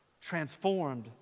transformed